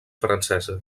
francesa